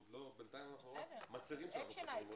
בינתיים אנחנו רק מצהירים שאנחנו רוצים לפתור.